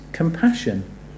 Compassion